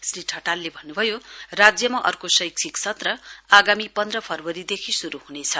श्री ठटालले भन्नुभयो राज्यमा अर्को शैक्षिक सत्र आगामी पन्ध फरवरीदेखि शुरू हनेछ